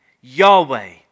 Yahweh